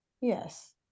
Yes